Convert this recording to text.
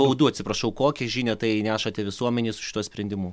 baudų atsiprašau kokią žinią tai nešate visuomenei su šituo sprendimu